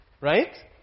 right